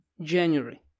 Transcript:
January